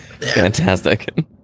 Fantastic